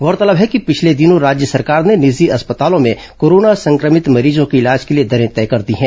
गौरतलब है कि पिछले दिनों राज्य सरकार ने निजी अस्पतालों में कोरोना संक्रमित मरीजों के इलाज को लिए दरें तय कर दी हैं